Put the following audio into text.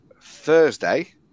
Thursday